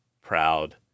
proud